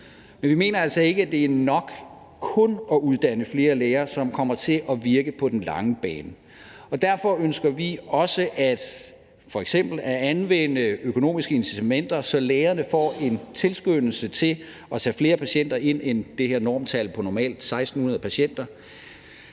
Men vi mener altså ikke, at det er nok kun at uddanne flere læger, som kommer til at virke på den lange bane. Derfor ønsker vi også f.eks. at anvende økonomiske incitamenter, så lægerne får en tilskyndelse til at tage flere patienter ind end det her normtal på normalt 1.600 patienter.